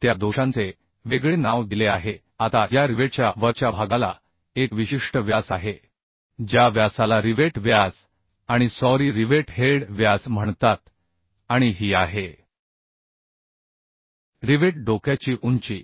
त्या दोषांचे वेगळे नाव दिले आहे आता या रिवेटच्या वरच्या भागाला एक विशिष्ट व्यास आहे ज्या व्यासाला रिवेट व्यास आणि सॉरी रिवेट हेड व्यास म्हणतात आणि ही आहे रिवेट डोक्याची उंची